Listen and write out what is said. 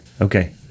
Okay